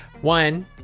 one